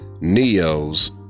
Neo's